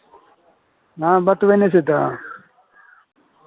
हँ बतबै नहि छै तऽ